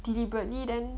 deliberately then